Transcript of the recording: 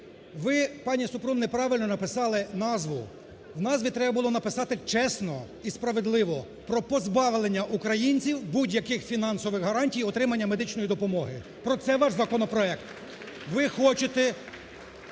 Ви, пані Супрун, неправильно написали назву. В назві треба було написати чесно і справедливо: про позбавлення українців будь-яких фінансових гарантій отримання медичної допомоги. Про це ваш законопроект. Ви хочете